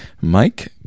Mike